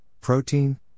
protein